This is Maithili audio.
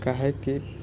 काहे कि